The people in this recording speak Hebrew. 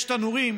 יש תנורים